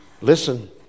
Listen